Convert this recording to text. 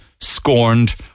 scorned